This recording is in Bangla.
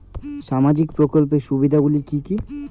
সামাজিক প্রকল্পের সুবিধাগুলি কি কি?